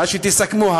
מה שתסכמו.